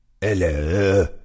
Hello